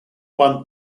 won